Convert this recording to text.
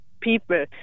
people